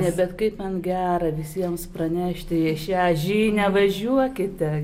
ne bet kaip man gera visiems pranešti apie šią žinią važiuokite